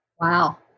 Wow